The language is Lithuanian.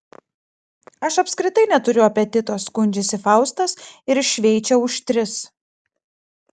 aš apskritai neturiu apetito skundžiasi faustas ir šveičia už tris